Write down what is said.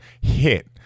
hit